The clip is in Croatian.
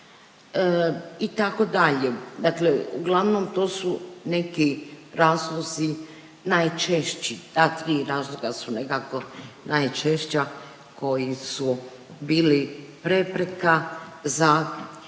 itd. Dakle, uglavnom to su neki razlozi najčešći. Ta tri razloga su nekako najčešća koji su bili prepreka za